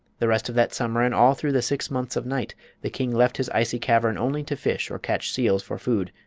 the rest of that summer and all through the six months of night the king left his icy cavern only to fish or catch seals for food.